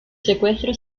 secuestro